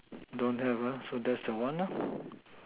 don't have ah so that's the one lor